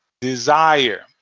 desire